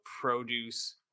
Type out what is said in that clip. produce